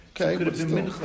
Okay